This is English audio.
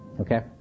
Okay